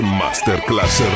masterclass